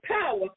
power